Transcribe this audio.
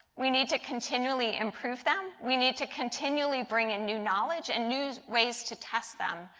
we need to continually improve them. we need to continually bring in new knowledge and new ways to test them.